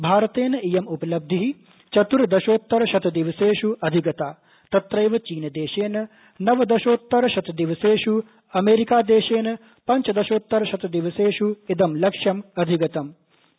भारतेन इयम उपलब्धिः चत्र्दशोतरशतदिवसेष् अधिगता तट्रैव चीनदेशेन नवदशोत्तरशतदिवसेष् अमेरिकादेशेन पञ्चदशोतरशतदिवसेष् इदं लक्ष्यम े अधिगतम े